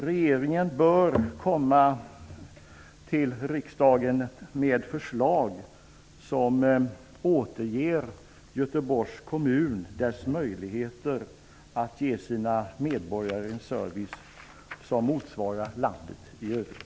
Regeringen bör komma till riksdagen med förslag som gör att Göteborgs kommun åter har möjligheter att ge sina medborgare en service som motsvarar servicen i landet i övrigt.